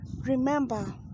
Remember